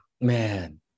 man